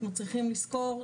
אנחנו צריכים לזכור,